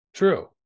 True